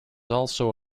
also